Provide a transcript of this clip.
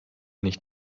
nicht